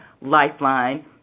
Lifeline